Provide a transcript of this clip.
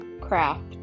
craft